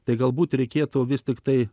tai galbūt reikėtų vis tiktai